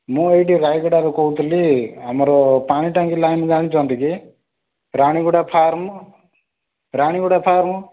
ମୁଁ ଏଇଠି ରାୟଗଡ଼ାରୁ କହୁଥିଲି ଆମର ପାଣି ଟାଙ୍କି ଲାଇନ୍ ଜାଣିଛନ୍ତି କି ରାଣୀଗଡ଼ା ଫାର୍ମ୍ ରାଣୀଗଡ଼ା ଫାର୍ମ୍